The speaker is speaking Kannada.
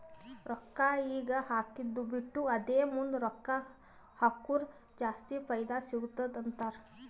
ರೊಕ್ಕಾ ಈಗ ಹಾಕ್ಕದು ಬಿಟ್ಟು ಅದೇ ಮುಂದ್ ರೊಕ್ಕಾ ಹಕುರ್ ಜಾಸ್ತಿ ಫೈದಾ ಸಿಗತ್ತುದ ಅಂತಾರ್